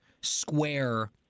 square